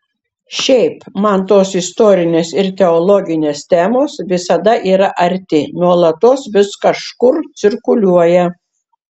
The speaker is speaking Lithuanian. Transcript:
šiaip man tos istorinės ir teologinės temos visada yra arti nuolatos vis kažkur cirkuliuoja